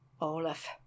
olaf